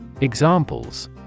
Examples